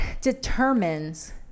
determines